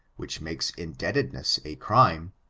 which makes indebtedness a crime,